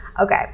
okay